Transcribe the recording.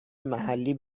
محلی